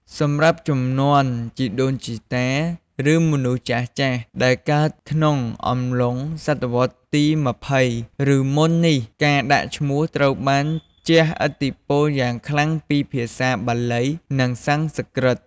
សម្រាប់ជំនាន់ជីដូនជីតា ឬមនុស្សចាស់ៗដែលកើតក្នុងអំឡុងសតវត្សទី២០ ឬមុននេះ ការដាក់ឈ្មោះត្រូវបានជះឥទ្ធិពលយ៉ាងខ្លាំងពី ភាសាបាលី និងសំស្ក្រឹត។